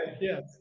yes